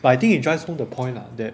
but I think it drives home the point lah that